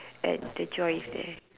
and the joy is there